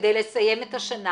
כדי לסיים את השנה.